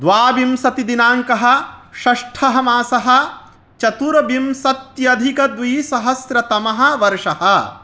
द्वाविंशतिदिनाङ्कः षष्ठः मासः चतुर्विंशत्यधिकं द्विसहस्रतमवर्षः